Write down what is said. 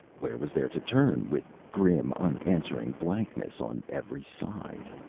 where was there to turn, with grim, unanswering blankness on every side?